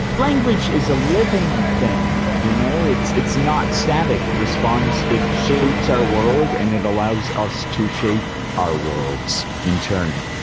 language is a living thing. you know, it's it's not static it responds, it shapes our world and it allows us to shape our world in turn.